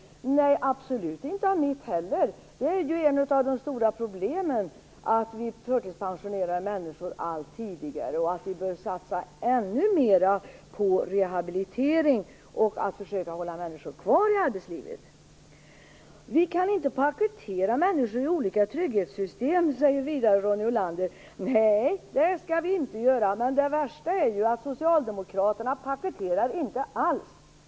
Nej, den delas absolut inte av mitt parti heller. Ett av de stora problemen är att vi förtidspensionerar människor allt tidigare. Vi bör satsa ännu mera på rehabilitering och på att försöka hålla människor kvar i arbetslivet. Vi kan inte paketera människor i olika trygghetssystem, säger Ronny Olander. Nej, det skall vi inte göra. Det värsta är att Socialdemokraterna inte alls paketerar.